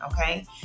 okay